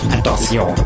Attention